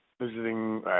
visiting